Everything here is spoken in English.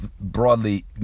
broadly